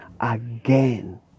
again